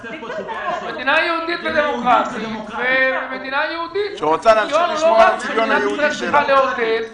זו מדינה יהודית ודמוקרטית שלא צריכה לעודד מיסיון,